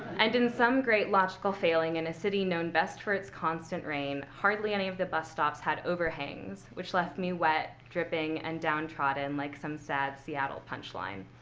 and in some great logical failing, in a city known best for its constant rain, hardly any of the bus stops had overhangs, which left me wet, dripping, and downtrodden like some sad seattle punchline.